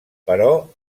però